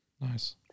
Nice